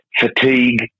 fatigue